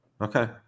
okay